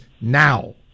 now